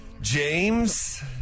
James